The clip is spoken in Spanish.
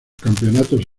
campeonatos